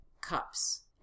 cups